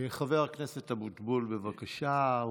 חבר הכנסת אבוטבול, בבקשה.